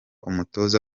umutoza